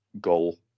goal